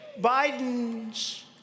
Biden's